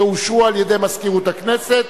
שאושרו על-ידי מזכירות הכנסת.